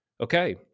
Okay